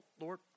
Lord